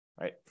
right